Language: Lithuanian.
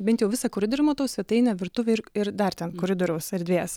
bent jau visą koridorių matau svetainė virtuvė ir ir dar ten koridoriaus erdvės